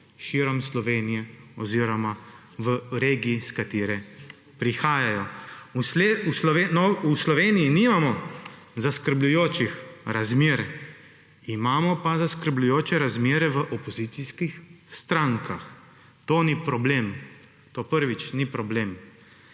širom Slovenije oziroma v regiji, iz katere prihajajo. V Sloveniji nimamo zaskrbljujočih razmer, imamo pa zaskrbljujoče razmere v opozicijskih strankah. To ni problem, to, prvič, ni problem